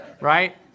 Right